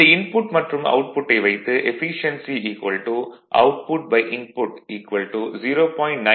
இந்த இன்புட் மற்றும் அவுட்புட்டை வைத்து எஃபீசியென்சி அவுட்புட்இன்புட் 0